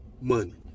money